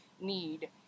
need